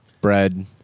bread